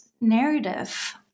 narrative